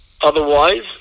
Otherwise